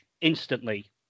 instantly